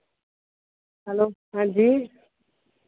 hello हांजी